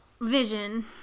Vision